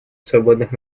свободных